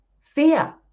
Fear